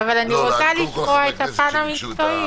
אני בשונה מליצמן לא אתפטר מתפקידי.